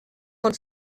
von